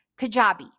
Kajabi